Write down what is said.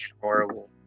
horrible